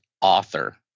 author